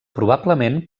probablement